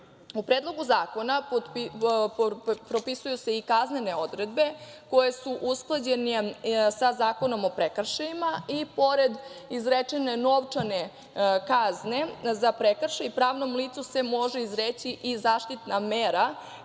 Predlogu zakona propisuju se i kaznene odredbe, koje su usklađene sa Zakonom o prekršajima i pored izrečene novčane kazne za prekršaj, pravnom licu se može izreći i zaštitna mera